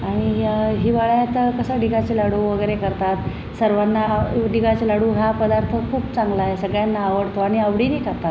आणिय हिवाळ्यात कसं डिकाचे लाडू वगैरे करतात सर्वांना डिकाचे लाडू हा पदार्थ खूप चांगला आहे सगळ्यांना आवडतो आणि आवडीने खातात